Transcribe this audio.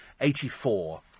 84